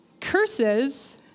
Curses